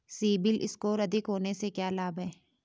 CIBIL score अधिक होने से क्या लाभ हैं?